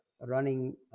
running